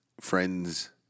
friends